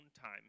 time